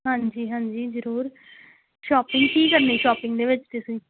ਹਾਂਜੀ ਹਾਂਜੀ ਜ਼ਰੂਰ ਸ਼ੋਪਿੰਗ ਕੀ ਕਰਨੀ ਸ਼ੋਪਿੰਗ ਦੇ ਵਿੱਚ ਤੁਸੀਂ